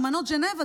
אמנות ג'נבה,